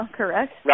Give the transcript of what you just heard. correct